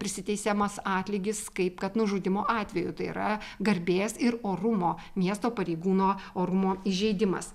prisiteisiamas atlygis kaip kad nužudymo atveju tai yra garbės ir orumo miesto pareigūno orumo įžeidimas